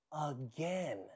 again